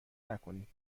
نکنید